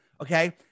okay